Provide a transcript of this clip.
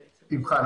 סליחה,